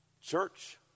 Church